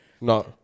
No